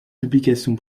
publication